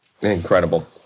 Incredible